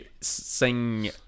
sing